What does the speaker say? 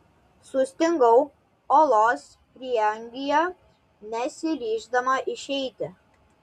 sustingau olos prieangyje nesiryždama išeiti